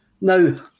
now